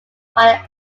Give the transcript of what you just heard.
higher